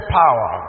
power